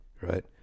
Right